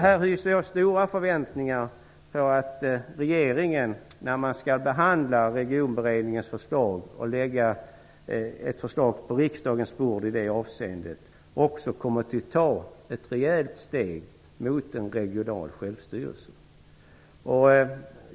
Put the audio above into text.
Här hyser jag stora förväntningar på att regeringen, när man skall behandla regionberedningens förslag och lägga fram ett förslag på riksdagens bord i det avseendet, också kommer att ta ett rejält steg mot en regional självstyrelse.